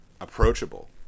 approachable